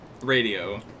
radio